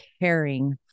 caring